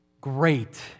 great